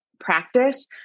practice